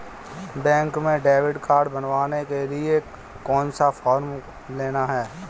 Bank में debit card बनवाने के लिए कौन सा फॉर्म लेना है?